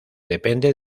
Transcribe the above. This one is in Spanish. depende